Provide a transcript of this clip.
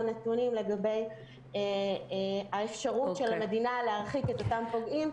נתונים לגבי האפשרות של המדינה להרחיק את אותם פוגעים.